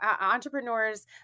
entrepreneurs